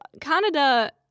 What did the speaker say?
Canada